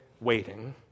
waiting